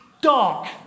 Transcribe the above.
dark